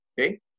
okay